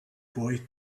boy